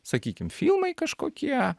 sakykim filmai kažkokie